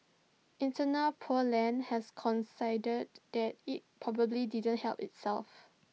eternal pure land has that IT probably didn't help itself